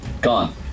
Gone